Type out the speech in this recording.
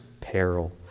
peril